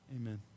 amen